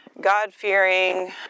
God-fearing